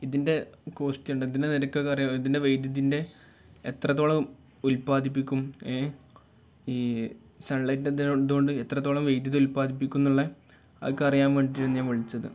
ഇതിൻ്റെ കോസ്റ്റ് ഉണ്ട് ഇതിൻ്റെ നിരക്ക് അറിയാൻ ഇതിൻ്റെ വൈദ്യുതിൻ്റെ എത്രത്തോളം ഉല്പാദിപ്പിക്കും ഏ ഈ സൺ ലൈറ്റ് ഇതുകൊണ്ട് എത്രത്തോളം വൈദ്യുതി ഉല്പാദിപ്പിക്കുന്നു ഉള്ള അതൊക്കെ അറിയാൻ വേണ്ടിയിട്ടാണ് ഞാൻ വിളിച്ചത്